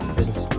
Business